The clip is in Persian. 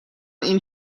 این